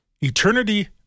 Eternity